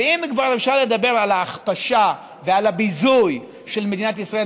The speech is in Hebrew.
ואם כבר אפשר לדבר על ההכפשה ועל הביזוי של מדינת ישראל,